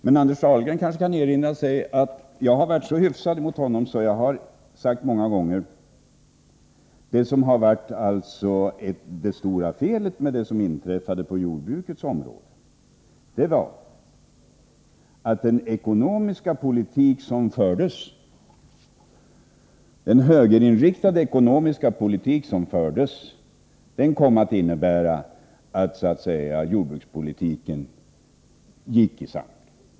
Men Anders Dahlgren kanske kan erinra sig att jag har varit så hyfsad mot honom att jag sagt många gånger, att det stora felet med det som inträffade på jordbrukets område var att den högerinriktade ekonomiska politik som fördes kom att innebära att jordbrukspolitiken gick i sank.